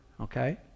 Okay